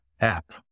app